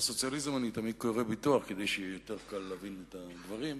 לסוציאליזם אני תמיד קורא ביטוח כדי שיהיה יותר קל להבין את הדברים.